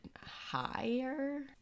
higher